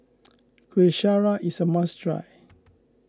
Kuih Syara is a must try